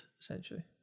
essentially